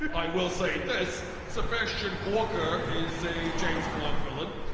i will say this, sebastian gorka is a james bond villain.